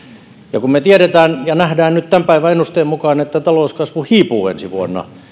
ja kun me tiedämme ja näemme nyt tämän päivän ennusteen mukaan että talouskasvu hiipuu ensi vuonna niin